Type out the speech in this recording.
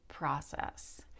process